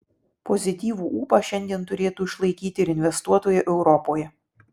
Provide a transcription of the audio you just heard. pozityvų ūpą šiandien turėtų išlaikyti ir investuotojai europoje